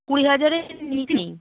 কুড়ি হাজারের নেই